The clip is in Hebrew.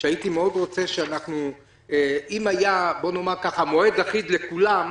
שהייתי מאוד רוצה בוא נאמר שאם היה מועד אחיד לכולם,